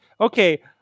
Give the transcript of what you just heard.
Okay